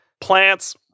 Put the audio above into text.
plants